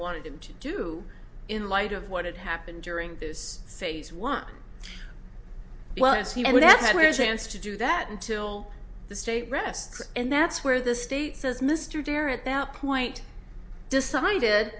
wanted him to do in light of what had happened during this phase one well as he would have had a chance to do that until the state rests and that's where the state says mr dyer at that point decided